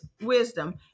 wisdom